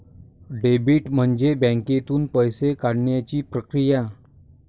debit म्हणजे बँकेतून पैसे काढण्याची प्रक्रिया